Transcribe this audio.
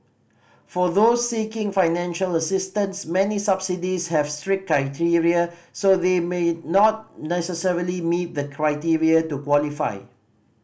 for those seeking financial assistance many subsidies have strict criteria so they may not necessarily meet the criteria to qualify